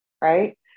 right